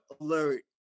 alert